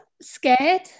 scared